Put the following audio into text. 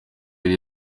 yari